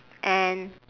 and